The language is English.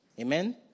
Amen